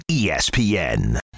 ESPN